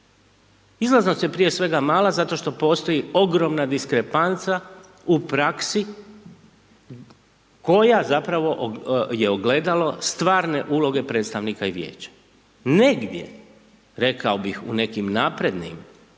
Izlaznost je prije svega mala zato što postoji ogromna diskrepanca u praksi koja zapravo je ogledalo stvarne uloge predstavnika i vijeća. Negdje, rekao bih, u nekim naprednim,